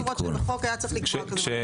למרות שבחוק היה צריך לקבוע כזה דבר.